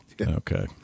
Okay